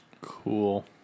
Cool